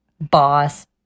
boss